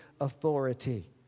authority